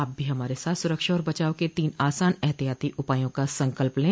आप भी हमारे साथ सुरक्षा और बचाव के तीन आसान एहतियाती उपायों का संकल्प लें